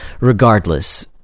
regardless